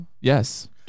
yes